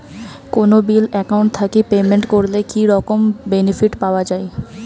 কোনো bill account থাকি payment করলে কি রকম বেনিফিট পাওয়া য়ায়?